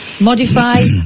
Modify